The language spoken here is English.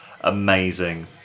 amazing